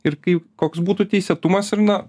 ir kai koks būtų teisėtumas ir na